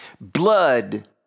Blood